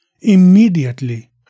immediately